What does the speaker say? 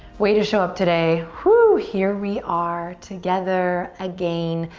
way to show up today. woo! here we are together again.